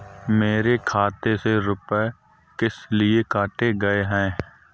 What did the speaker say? मेरे खाते से रुपय किस लिए काटे गए हैं?